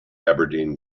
aberdeen